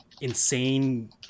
insane